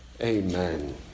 Amen